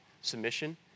submission